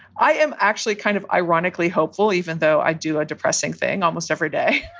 i am actually kind of ironically hopeful, even though i do a depressing thing almost every day,